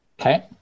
Okay